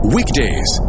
Weekdays